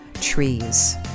trees